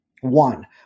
One